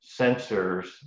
sensors